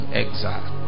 exile